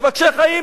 מבקשי חיים?